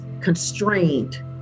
constrained